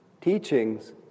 teachings